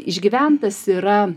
išgyventas yra